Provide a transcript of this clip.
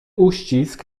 uścisk